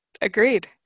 Agreed